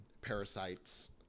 parasites